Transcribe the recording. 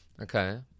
Okay